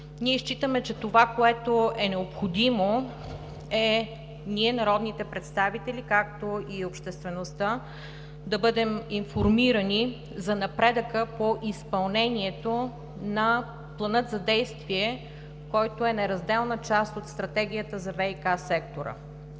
ние считаме, че това, което е необходимо, е народните представители, както и обществеността, да бъдем информирани за напредъка по изпълнението на Плана за действие, който е неразделна част от Стратегията за ВиК сектора.